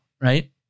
right